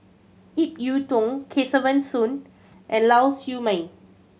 Ip Yiu Tung Kesavan Soon and Lau Siew Mei